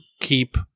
keep